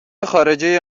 خارجه